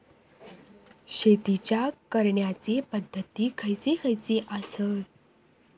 शेतीच्या करण्याचे पध्दती खैचे खैचे आसत?